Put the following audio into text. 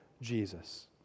Jesus